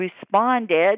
responded